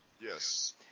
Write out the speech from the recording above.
Yes